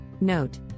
note